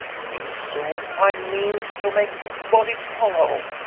hee'le soone finde meanes to make the body follow